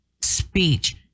speech